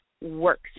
works